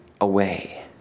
away